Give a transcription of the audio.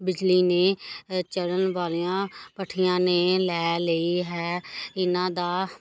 ਬਿਜਲੀ ਨੇ ਚੱਲਣ ਵਾਲੀਆਂ ਭੱਠੀਆਂ ਨੇ ਲੈ ਲਈ ਹੈ ਇਹਨਾਂ ਦਾ